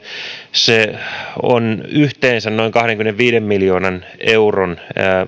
se on yhteensä noin kahdenkymmenenviiden miljoonan euron